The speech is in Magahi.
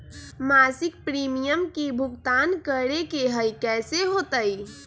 मासिक प्रीमियम के भुगतान करे के हई कैसे होतई?